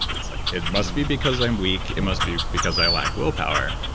it's like, it must be because i'm weak, it must be because i lack willpower.